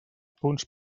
punts